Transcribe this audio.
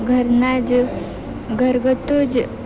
ઘરના જ ઘરગથ્થુ જ